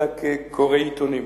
אלא כקורא עיתונים.